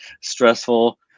stressful